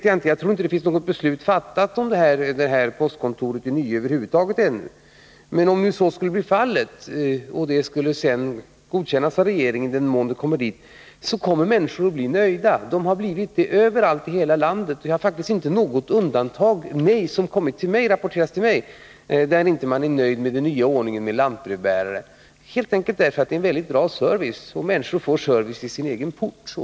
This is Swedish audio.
Jag tror inte att något beslut över huvud taget ännu är fattat om postkontoret i Nye, men om så skulle bli fallet och det sedan skulle godkännas av regeringen, i den mån ärendet kommer dit, så kommer människor att bli nöjda. De har blivit nöjda överallt i hela landet i sådana fall, och det har faktiskt inte rapporterats något fall till mig, där man inte varit nöjd med den nya ordningen med lantbrevbärare, helt enkelt därför att det är en väldigt bra service och därför att människorna får servicen till sin egen port.